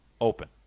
open